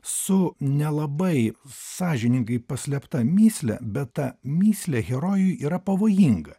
su nelabai sąžiningai paslėpta mįsle bet ta mįslė herojui yra pavojinga